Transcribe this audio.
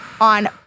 on